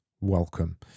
welcome